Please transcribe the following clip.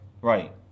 right